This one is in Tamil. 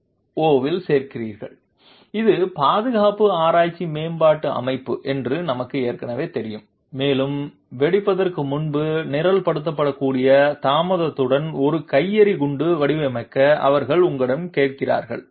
ஓவில் சேர்கிறீர்கள் இது பாதுகாப்பு ஆராய்ச்சி மேம்பாட்டு அமைப்பு என்று நமக்கு ஏற்கனவே தெரியும் மேலும் வெடிப்பதற்கு முன்பு நிரல்படுத்தக்கூடிய தாமதத்துடன் ஒரு கையெறி குண்டு வடிவமைக்க அவர்கள் உங்களிடம் கேட்கிறார்கள்